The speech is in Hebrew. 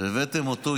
הבאתם אותו,